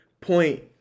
point